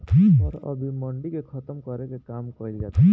पर अब इ मंडी के खतम करे के काम कइल जाता